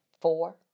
Four